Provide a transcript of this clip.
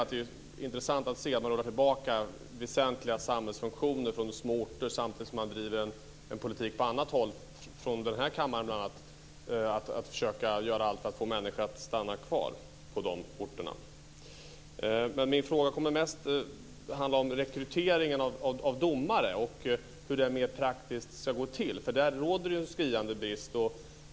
Men det är intressant att se att man rullar tillbaka väsentliga samhällsfunktioner från små orter samtidigt som man på annat håll, bl.a. från den här kammaren, driver en politik som innebär att man försöker göra allt för att få människor att stanna kvar på de här orterna. Min fråga kommer mest att handla om rekryteringen av domare och hur den mer praktiskt ska gå till. Det råder ju en skriande brist.